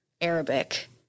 Arabic